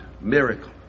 miracle